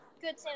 good